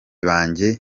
banjye